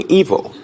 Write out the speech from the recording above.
evil